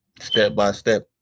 step-by-step